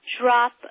drop